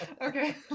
Okay